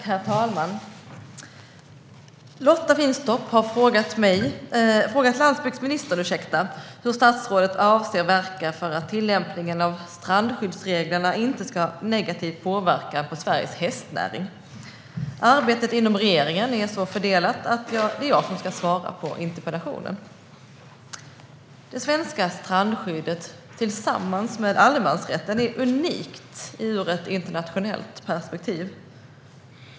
Herr talman! Lotta Finstorp har frågat landsbygdsministern hur statsrådet avser att verka för att tillämpningen av strandskyddsreglerna inte ska ha negativ påverkan på Sveriges hästnäring. Arbetet inom regeringen är så fördelat att det är jag som ska svara på interpellationen. Det svenska strandskyddet är tillsammans med allemansrätten unikt ur ett internationellt perspektiv.